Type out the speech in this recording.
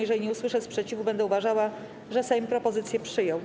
Jeżeli nie usłyszę sprzeciwu, będę uważała, że Sejm propozycję przyjął.